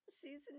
season